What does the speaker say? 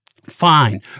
Fine